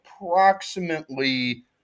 approximately